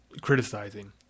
criticizing